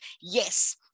Yes